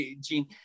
Gene